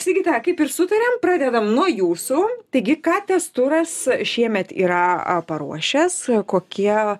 sigita kaip ir sutarėm pradedam nuo jūsų taigi ką testuras šiemet yra a paruošęs kokie